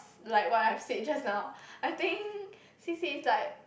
like what I've said just now I think C_C_A is like